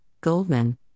Goldman